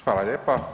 Hvala lijepa.